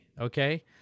okay